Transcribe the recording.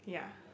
yeah